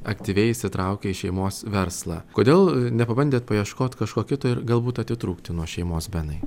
aktyviai įsitraukę į šeimos verslą kodėl nepabandėt paieškot kažko kito ir galbūt atitrūkti nuo šeimos benai